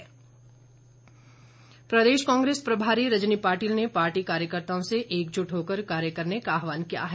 रजनी पाटिल प्रदेश कांग्रेस प्रभारी रजनी पाटिल ने पार्टी कार्यकर्ताओं से एकजुट होकर कार्य करने का आह्वान किया है